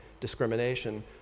discrimination